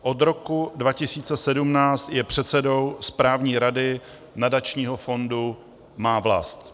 Od roku 2017 je předsedou správní rady nadačního fondu Má vlast.